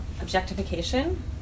objectification